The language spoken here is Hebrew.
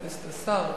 אין כאן שר,